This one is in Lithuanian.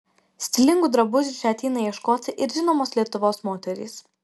stilingų drabužių čia ateina ieškoti ir žinomos lietuvos moterys